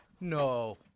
No